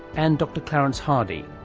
and dr clarence hardy.